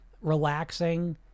relaxing